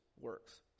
works